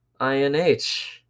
INH